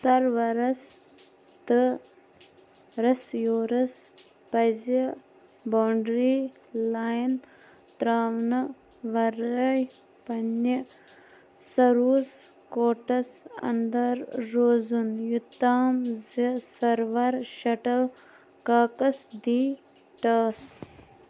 سروَرَس تہٕ رَسیٖورَس پَزِ بونٛڈری لایِن ترٛاونہٕ وَرٲے پَنٕنہِ سٔروٗز کوٹَس انٛدر روزُن یوٚتام زِ سروَر شٹَل کاکَس دِی ٹاس